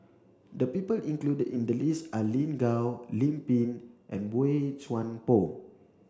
the people included in the list are Lin Gao Lim Pin and Boey Chuan Poh